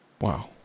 Wow